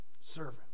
servant